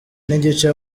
n’igice